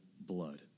blood